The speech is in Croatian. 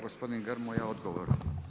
Gospodin Grmoja odgovor.